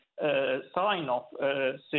sign-off